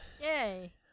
Yay